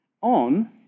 on